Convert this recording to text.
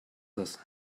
das